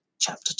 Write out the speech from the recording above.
chapter